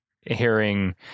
hearing